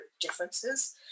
differences